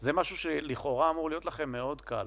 זה משהו שלכאורה אמור להיות לכם מאוד קל